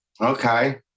Okay